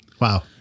Wow